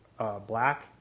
black